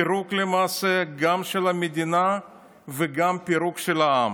פירוק למעשה גם של המדינה וגם של העם.